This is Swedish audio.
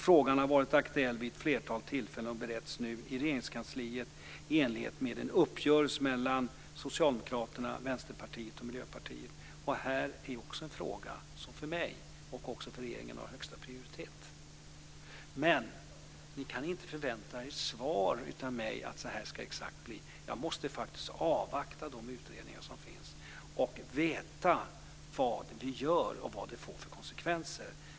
Frågan har varit aktuell vid ett flertal tillfällen och bereds nu i Regeringskansliet i enlighet med en uppgörelse mellan Socialdemokraterna, Vänsterpartiet och Miljöpartiet. Det här är också en fråga som för mig och regeringen har högsta prioritet. Ni kan inte förvänta er ett svar mig att exakt så här ska det bli. Jag måste faktiskt avvakta de utredningar som pågår, veta vad vi gör och vad det får för konsekvenser.